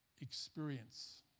experience